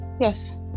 yes